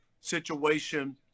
situation